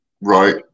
Right